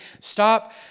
Stop